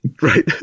Right